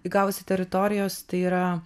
įgavusi teritorijos tai yra